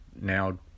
now